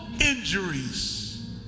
injuries